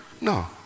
No